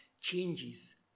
changes